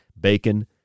Bacon